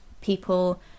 people